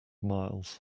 miles